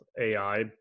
AI